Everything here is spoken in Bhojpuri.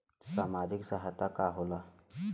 सामाजिक सहायता का होला?